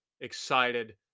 excited